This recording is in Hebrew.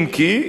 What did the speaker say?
אם כי,